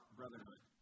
brotherhood